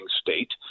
state